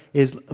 is,